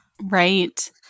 Right